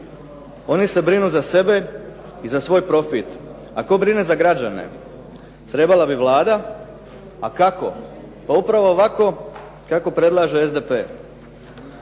One se brinu za sebe i za svoj profit. A tko brine za građane? Trebala bi Vlada. A kako? Pa upravo ovako kako predlaže SDP.